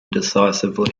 decisively